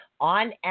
On